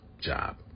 job